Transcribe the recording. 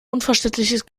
unverständliches